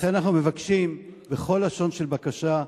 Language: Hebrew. לכן אנחנו מבקשים בכל לשון של בקשה,